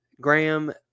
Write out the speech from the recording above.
Graham